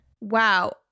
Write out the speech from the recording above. Wow